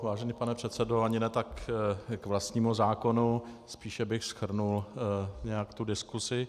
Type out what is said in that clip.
Vážený pane předsedo, ani ne tak k vlastnímu zákonu, spíše bych shrnul diskusi.